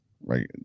right